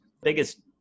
Biggest